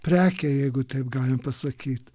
prekė jeigu taip galim pasakyt